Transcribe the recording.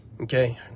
okay